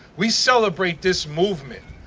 we celebrate this movement,